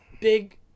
big